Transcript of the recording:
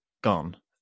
gone